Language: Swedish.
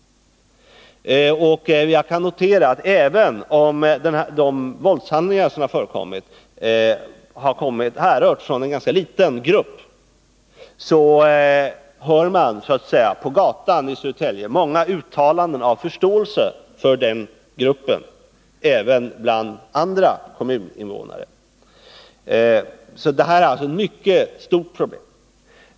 Jag kan notera att även om de våldshandlingar som förekommit härrört från en ganska liten grupp, hör man i Södertälje så att säga på gatan många uttalanden av förståelse för den gruppen även från andra kommuninvånare. Detta är, som sagt, ett mycket stort problem.